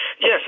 Yes